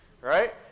Right